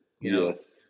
Yes